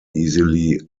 easily